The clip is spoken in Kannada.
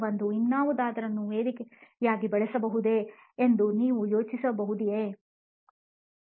ಇನ್ನಾವುದರನ್ನು ವೇದಿಕೆಯಾಗಿ ಬಳಸಬಹುದೇ ಎಂದು ನೀವು ಯೋಚಿಸಬಹುದೇಯಾ